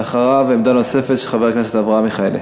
אחריו, עמדה נוספת של חבר הכנסת אברהם מיכאלי.